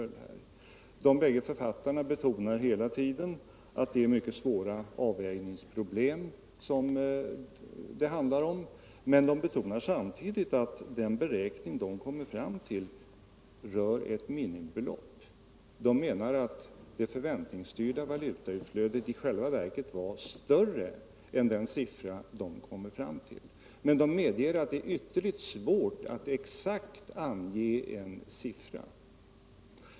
De bägge författarna betonar hela tiden att det är mycket svåra avvägningsproblem som det handlar om, men de betonar samtidigt att den beräkning de kommer fram till rör ett minimibelopp. De menar att det förväntningsstyrda valutautflödet i själva verket var större än — den siffra de kom fram till, men de medger att det är utomordentligt svårt att exakt ange en siffra.